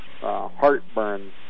heartburn